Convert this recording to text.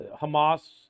Hamas